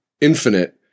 infinite